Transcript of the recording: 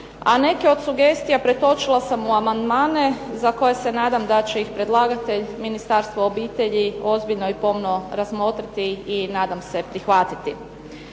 a neke od sugestija pretočila sam u amandmane za koje se nadam da će ih predlagatelj Ministarstvo obitelji ozbiljno i pomno razmotriti i nadam se prihvatiti.